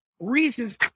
reasons